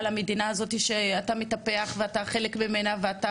על המדינה הזאת שאתה מטפח ואתה חלק ממנה ואתה